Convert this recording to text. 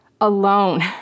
alone